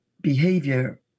behavior